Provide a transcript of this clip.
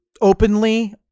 openly